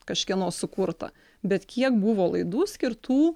kažkieno sukurtą bet kiek buvo laidų skirtų